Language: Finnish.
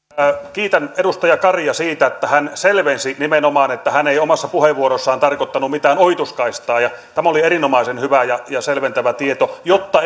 kiitän edustaja karia siitä että hän selvensi nimenomaan että hän ei omassa puheenvuorossaan tarkoittanut mitään ohituskaistaa tämä oli erinomaisen hyvä ja ja selventävä tieto jotta